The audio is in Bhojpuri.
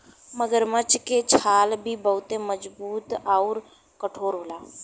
मगरमच्छ के छाल भी बहुते मजबूत आउर कठोर होला